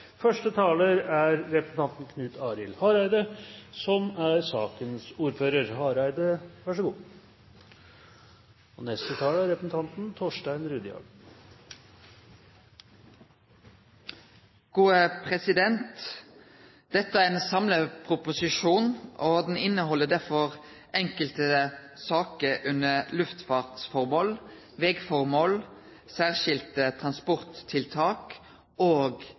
Første taler er representanten Knut Arild Hareide, som er sakens ordfører. Neste taler er representanten Torstein Rudihagen. Dette er ein samleproposisjon, og han inneheld derfor enkelte saker under luftfartsformål, vegformål, særskilde transporttiltak og